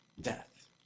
death